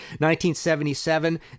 1977